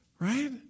right